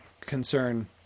concern